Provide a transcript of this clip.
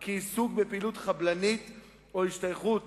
כי עיסוק בפעילות חבלנית או השתייכות